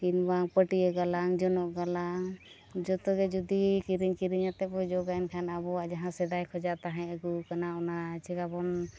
ᱠᱤᱢᱵᱟ ᱯᱟᱹᱴᱭᱟᱹ ᱜᱟᱞᱟᱝ ᱡᱚᱱᱚᱜ ᱜᱟᱞᱟᱝ ᱡᱚᱛᱚᱜᱮ ᱡᱩᱫᱤ ᱠᱤᱨᱤᱧ ᱠᱟᱛᱮᱫ ᱵᱚᱱ ᱡᱚᱜᱟ ᱮᱱᱠᱷᱟᱱ ᱟᱵᱚᱣᱟᱜ ᱥᱮᱫᱟᱭ ᱠᱷᱚᱭᱟᱜ ᱛᱟᱦᱮᱸ ᱟᱹᱜᱩ ᱠᱟᱱᱟ ᱚᱱᱟ ᱪᱤᱠᱟᱵᱚᱱ